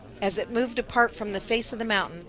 as it moved apart from the face of the mountain,